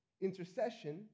intercession